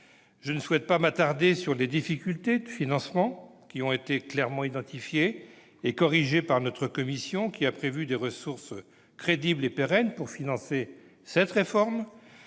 Je ne souhaite pas m'attarder sur les difficultés de financement clairement identifiées et corrigées par notre commission, qui a prévu des ressources crédibles et pérennes pour financer cette réforme.